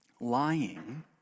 lying